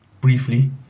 briefly